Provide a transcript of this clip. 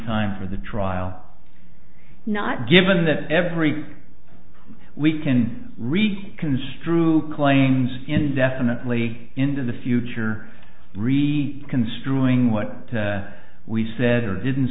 time for the trial not given that every we can read construe claims indefinitely into the future read construing what we said or didn't